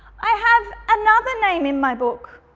i have another name in my book,